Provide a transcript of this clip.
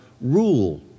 rule